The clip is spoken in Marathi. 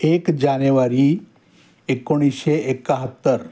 एक जानेवारी एकोणीसशे एक्काहत्तर